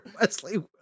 Wesley